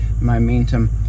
momentum